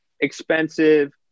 expensive